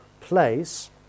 place